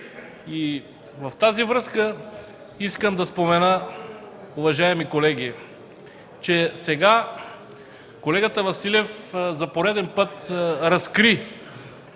с това искам да спомена, уважаеми колеги, че сега колегата Василев за пореден път разкри